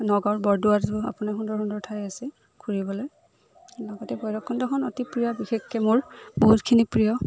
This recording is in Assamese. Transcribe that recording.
নগাঁৰ বৰদোৱা আপোনাৰ সুন্দৰ সুন্দৰ ঠাই আছে ঘূৰিবলৈ লগতে ভৈৰৱকুণ্ডখন অতি প্ৰিয় বিশেষকৈ মোৰ বহুতখিনি প্ৰিয়